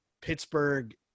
Pittsburgh